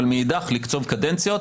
אבל מאידך לקצוב קדנציות.